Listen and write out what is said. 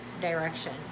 direction